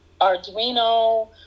arduino